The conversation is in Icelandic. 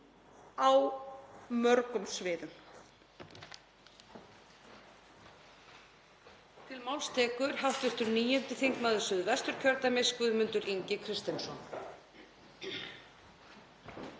á mörgum sviðum.